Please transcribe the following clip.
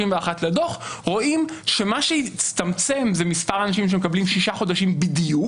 לדוח רואים שמה שהצטמצם זה מספר האנשים שמקבלים שישה חודשים בדיוק.